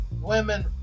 women